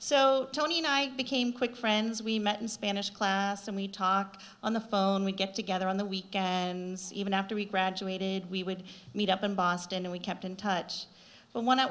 so tony and i became quite friends we met in spanish class and we'd talk on the phone we get together on the weekend and even after we graduated we would meet up in boston and we kept in touch but when i